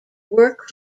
work